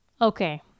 Okay